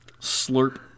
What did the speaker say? slurp